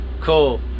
cool